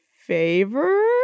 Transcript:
favor